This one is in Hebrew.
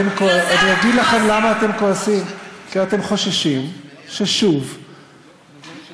אני אגיד לכם למה אתם כועסים: כי כואב לכם לשמוע דברי אמת.